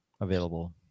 available